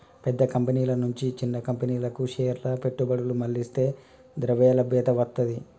పెద్ద కంపెనీల నుంచి చిన్న కంపెనీలకు షేర్ల పెట్టుబడులు మళ్లిస్తే ద్రవ్యలభ్యత వత్తది